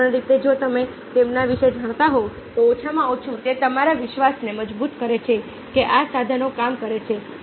અર્થપૂર્ણ રીતે જો તમે તેમના વિશે જાણતા હોવ તો ઓછામાં ઓછું તે તમારા વિશ્વાસને મજબૂત કરે છે કે આ સાધનો કામ કરે છે